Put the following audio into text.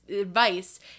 advice